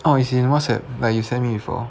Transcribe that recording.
oh is in Whatsapp like you send me before